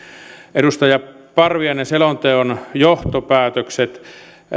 edustaja parviainen selonteon johtopäätökset